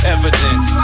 evidence